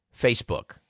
Facebook